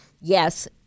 yes